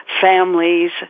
families